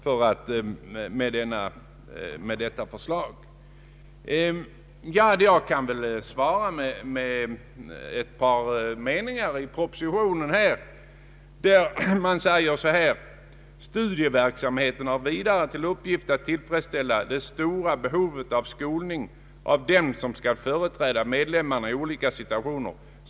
Jag skall svara med ett par meningar ur propositionen, där det heter: ”Studieverksamheten har vidare till uppgift att tillfredsställa det stora behovet av skolning av dem som skall företräda medlemmarna i olika situationer.